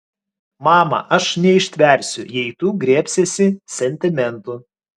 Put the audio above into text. mama aš neištversiu jei tu griebsiesi sentimentų